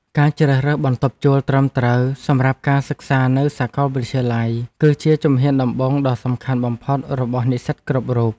ការជ្រើសរើសបន្ទប់ជួលត្រឹមត្រូវសម្រាប់ការសិក្សានៅសាកលវិទ្យាល័យគឺជាជំហានដំបូងដ៏សំខាន់បំផុតរបស់និស្សិតគ្រប់រូប។